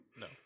No